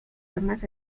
armas